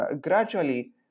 gradually